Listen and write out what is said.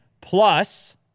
Plus